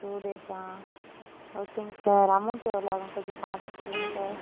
two டேஸ்ஸா ஓகேங்க sir amount எவ்வளோ ஆகும் கொஞ்சம் பார்த்து சொல்லுங்கள் சார்